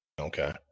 Okay